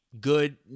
good